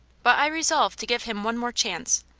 but i resolved to give him one more chance,